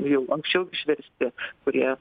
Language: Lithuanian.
jau anksčiau išversti kurie